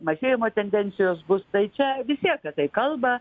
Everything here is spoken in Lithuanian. mažėjimo tendencijos bus čia visi apie tai kalba